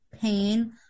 pain